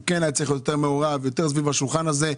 היה צריך להיות מעורב יותר סביב השולחן הזה.